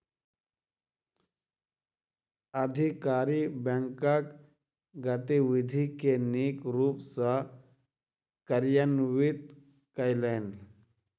अधिकारी बैंकक गतिविधि के नीक रूप सॅ कार्यान्वित कयलैन